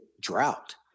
drought